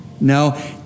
No